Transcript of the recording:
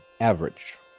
average